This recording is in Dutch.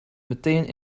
meteen